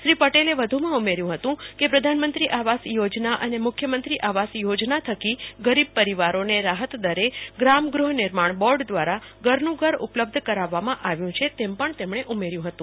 શ્રી પટેલે વધુમાં ઉમેર્યું હતું કે પ્રધાનમંત્રી આવાસ યોજના અને મુખ્યમંત્રી આવાસ યોજના થકી ગરીબ પરિવારોને રાહતદરે ગ્રામ ગૃહ નિર્માણ બોર્ડ દ્વારા ઘરનું ઘર ઉપલબ્ધ કરવામાં આવ્યું છે તેમ પણ તેમણે ઉમેર્યું હતું